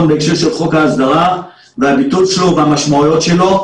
בהקשר של חוק ההסדרה והביטול שלו והמשמעויות שלו.